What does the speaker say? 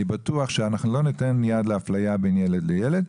אני בטוח שאנחנו לא ניתן יד לאפליה בין ילד לילד.